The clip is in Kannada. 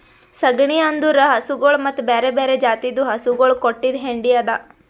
ಸಗಣಿ ಅಂದುರ್ ಹಸುಗೊಳ್ ಮತ್ತ ಬ್ಯಾರೆ ಬ್ಯಾರೆ ಜಾತಿದು ಹಸುಗೊಳ್ ಕೊಟ್ಟಿದ್ ಹೆಂಡಿ ಅದಾ